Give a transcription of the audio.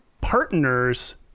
partners